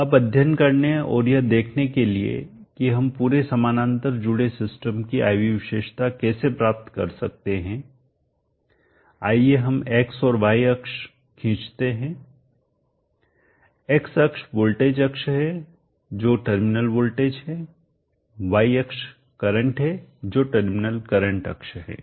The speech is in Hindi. अब अध्ययन करने और यह देखने के लिए कि हम पूरे समानांतर जुड़े सिस्टम की I V विशेषता कैसे प्राप्त कर सकते हैं आइए हम X और Y अक्ष खींचते हैं X अक्ष वोल्टेज अक्ष है जो टर्मिनल वोल्टेज है Y अक्ष करंट है जो टर्मिनल करंट अक्ष है